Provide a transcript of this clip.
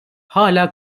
hala